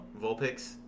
Vulpix